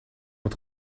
het